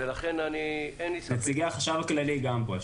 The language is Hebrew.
ולכן אני --- נציגי החשב הכללי גם פה,